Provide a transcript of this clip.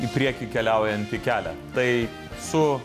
į priekį keliaujantį kelią tai su